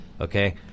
okay